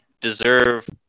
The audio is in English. deserve